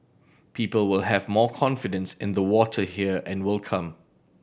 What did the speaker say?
people will have more confidence in the water here and will come